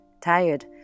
tired